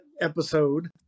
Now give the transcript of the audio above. episode